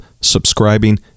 subscribing